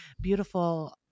beautiful